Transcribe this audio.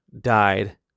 died